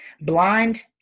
blind